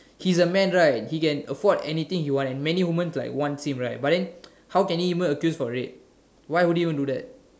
he's a man right he can afford anything he wants and many women would want him but then how can he get accused for rape why would he want to do that